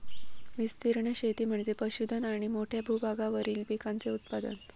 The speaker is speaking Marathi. विस्तीर्ण शेती म्हणजे पशुधन आणि मोठ्या भूभागावरील पिकांचे उत्पादन